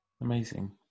amazing